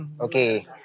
Okay